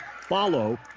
follow